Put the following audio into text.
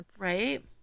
Right